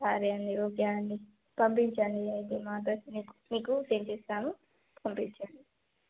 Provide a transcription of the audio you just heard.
సరే అండి ఓకే అండి పంపించండి మా అడ్రసుకి మీకు సెండ్ చేస్తాను పంపించండి